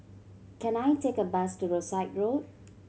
can I take a bus to Rosyth Road